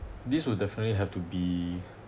this will definitely have to be